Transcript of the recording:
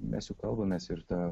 mes juk kalbamės ir ta